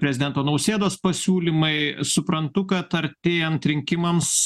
prezidento nausėdos pasiūlymai suprantu kad artėjant rinkimams